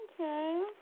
Okay